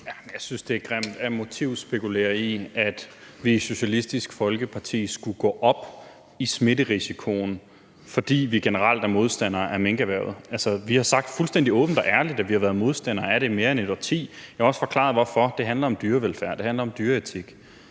Jeg synes, det er grimt at motivspekulere i, at vi i Socialistisk Folkeparti skulle gå op i smitterisikoen, fordi vi generelt er modstandere af minkerhvervet. Altså, vi har sagt fuldstændig åbent og ærligt, at vi har været modstandere af det i mere end et årti. Jeg har også forklaret hvorfor: Det handler om dyrevelfærd, det handler om dyreetik.